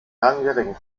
langjährigen